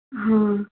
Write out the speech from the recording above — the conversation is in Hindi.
हाँ